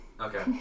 Okay